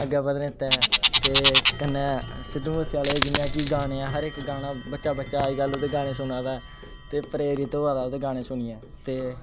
अग्गे पता नेई ते कन्ने सिद्धु मुसेआहले जियां कि गाने हर इक गाना बच्चा बच्चा अजकल ओहदे गाने सुना दा ऐ ते प्रेरित होआ दा ओहदे गाने सुनियै ते